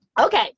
Okay